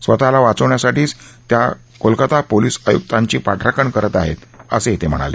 स्वतःला वाचवण्यासाठीच त्या कोलकाता पोलीस आयुकांची पाठराखण करत आहेत असंही ते म्हणाले